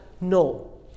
No